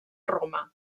roma